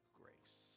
grace